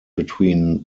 between